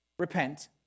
Repent